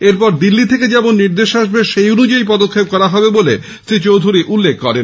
এরপর দিল্লী থেকে যেমন নির্দেশ আসবে সেই অনুযায়ী পদক্ষেপ করা হবে বলে শ্রী চৌধুরী উল্লেখ করেন